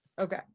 Okay